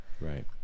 Right